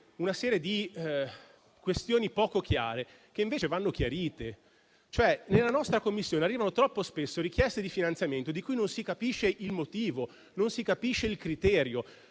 una serie di questioni poco chiare che invece vanno chiarite. Nella nostra Commissione arrivano troppo spesso richieste di finanziamento di cui non si capisce il motivo e il criterio.